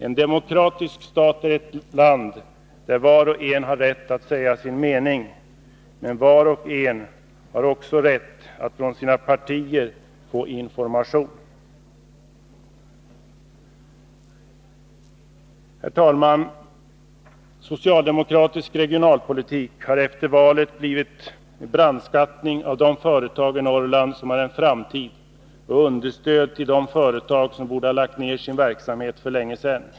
En demokratisk stat är ett land där var och en har rätt att säga sin mening. Men var och en har också rätt att från sina partier få information. Herr talman! Socialdemokratisk regionalpolitik har efter valet blivit brandskattning av de företag i Norrland som har en framtid och understöd till de företag som borde ha lagt ned sin verksamhet för länge sedan.